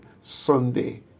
Sunday